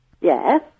Yes